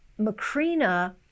Macrina